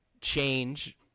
change